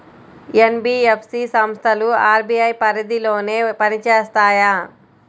NBFC సంస్థలు RBI పరిధిలోనే పని చేస్తాయా?